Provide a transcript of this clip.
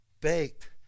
baked